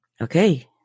Okay